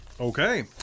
Okay